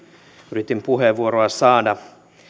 yritin puheenvuoroa saada